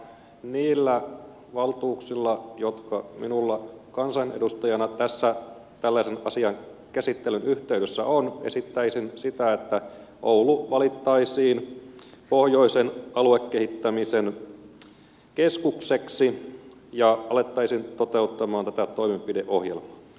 niillä valtuuksilla jotka minulla kansanedustajana tässä tällaisen asian käsittelyn yhteydessä on esittäisin sitä että oulu valittaisiin pohjoisen aluekehittämisen keskukseksi ja alettaisiin toteuttamaan tätä toimenpideohjelmaa